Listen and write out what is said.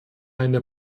eine